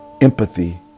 empathy